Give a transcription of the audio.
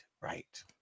right